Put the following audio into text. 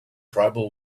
tribal